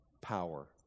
power